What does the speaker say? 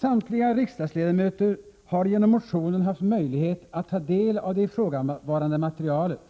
Samtliga riksdagsledamöter har genom motionen haft möjlighet att ta del av det ifrågavarande materialet.